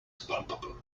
palpable